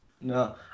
No